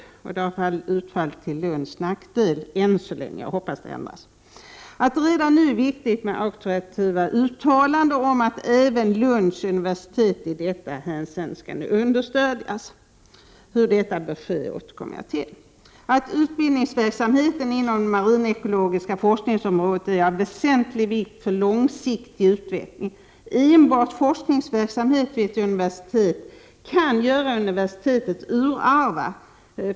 Ännu så länge har bedömningen utfallit till Lunds nackdel, men jag hoppas på en förändring. Det är redan nu viktigt med auktoritativa uttalanden om att även Lunds universitet i detta hänseende skall understödjas. Hur detta bör ske återkommer jag till. Utbildningsverksamheten inom det marinekologiska forskningsområdet är av väsentlig vikt för en långsiktig utveckling. Enbart forskningsverksamhet vid ett universitet kan göra universitetet urarva.